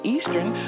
Eastern